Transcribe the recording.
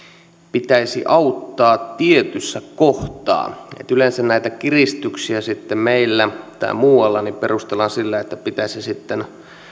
pitäisi auttaa tietyssä kohtaa yleensä näitä kiristyksiä meillä tai muualla perustellaan sillä että pitäisi sitten